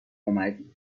اومدی